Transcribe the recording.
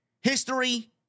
history